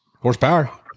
Horsepower